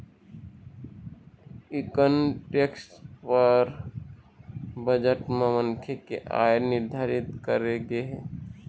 income tax बर budget म मनखे के आय निरधारित करे गे हे